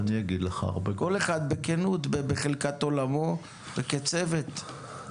כל אחד בכנות בחלקת עולמו וכצוות.